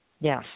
Yes